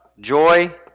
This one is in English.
joy